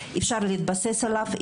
אפשר להתבסס עליו,